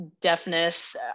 deafness